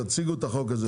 תציגו את החוק הזה,